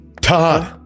Todd